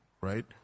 right